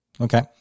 Okay